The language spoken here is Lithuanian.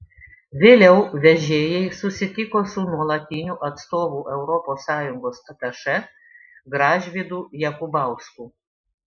vėliau vežėjai susitiko su nuolatiniu atstovu europos sąjungos atašė gražvydu jakubausku